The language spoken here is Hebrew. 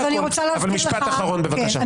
משפט אחרון בבקשה.